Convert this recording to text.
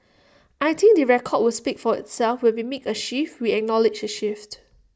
I think the record will speak for itself when we make A shift we acknowledge A shift